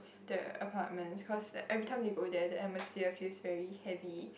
the apartments cause like every time they go there the atmosphere feels very heavy